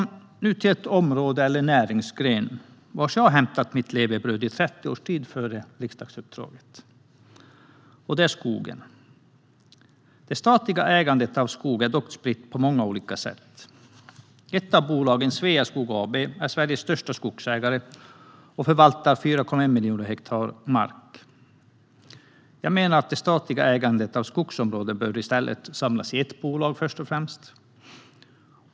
Nu kommer jag till ett område eller en näringsgren där jag hämtat mitt levebröd i 30 års tid före riksdagsuppdraget, nämligen skogen. Det statliga ägandet av skog är spritt. Ett av bolagen, Sveaskog AB, är Sveriges största skogsägare och förvaltar 4,1 miljoner hektar mark. Jag menar att det statliga ägandet av skogsområden i stället bör samlas i ett bolag.